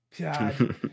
God